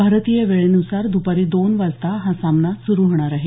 भारतीय वेळेनुसार दपारी दोन वाजता हा सामना सुरु होणार आहे